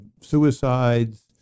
suicides